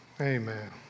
Amen